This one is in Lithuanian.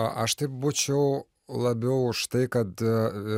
aš tai būčiau labiau už tai kad